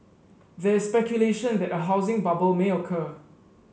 there is speculation that a housing bubble may occur